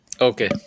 Okay